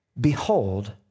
Behold